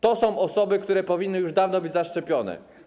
To są osoby, które powinny już dawno być zaszczepione.